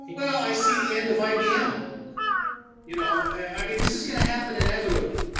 well, i see the end of ibm you know, i mean this is gonna happen inevitably.